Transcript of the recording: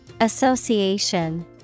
Association